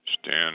Stand